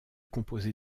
composé